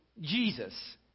Jesus